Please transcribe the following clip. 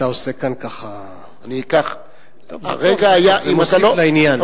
אתה עושה כאן, ככה, זה מוסיף לעניין.